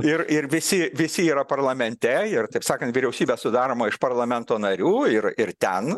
ir ir visi visi yra parlamente ir taip sakant vyriausybė sudaroma iš parlamento narių ir ir ten